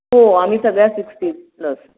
हो आम्ही सगळ्या सिक्सटी प्लस